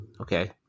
okay